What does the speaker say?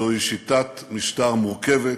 זוהי שיטת משטר מורכבת,